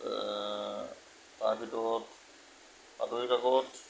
তাৰ ভিতৰত বাতৰি কাকত